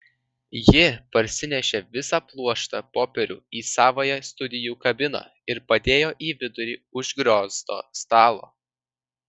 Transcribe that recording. ji parsinešė visą pluoštą popierių į savąją studijų kabiną ir padėjo į vidurį užgriozto stalo